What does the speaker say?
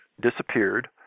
disappeared